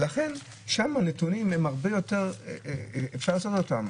לכן שם הנתונים הם הרבה יותר אפשר לעשות אותם,